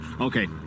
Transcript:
Okay